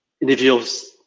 individuals